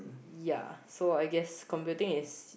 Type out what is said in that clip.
yeah so I guess computing is